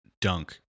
dunk